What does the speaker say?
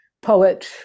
poet